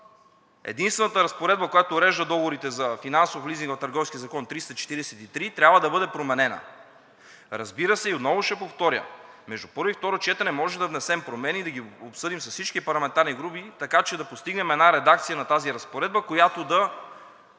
единствената разпоредба, която урежда договорите за финансов лизинг в Търговския закон – триста четиридесет и три, трябва да бъде променена. Разбира се, отново ще повторя, между първо и второ четене можем да внесем промени и да ги обсъдим с всички парламентарни групи, така че да постигнем една редакция на тази разпоредба, която да